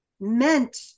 meant